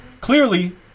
Clearly